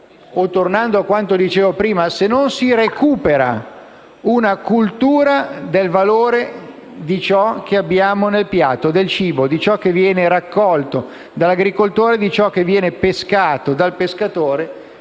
- tornando a quanto dicevo prima - non si recupera una cultura del valore del cibo che abbiamo nel piatto: ciò che viene raccolto dall'agricoltore, ciò che viene pescato dal pescatore